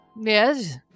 Yes